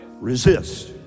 Resist